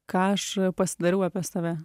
ką aš pasidariau apie save